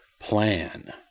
plan